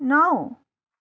नौ